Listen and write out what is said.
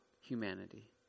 humanity